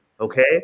okay